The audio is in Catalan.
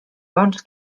bons